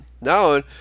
now